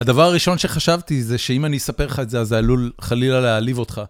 הדבר הראשון שחשבתי זה שאם אני אספר לך את זה, אז זה עלול חלילה להעליב אותך.